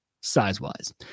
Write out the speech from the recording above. size-wise